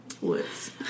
Woods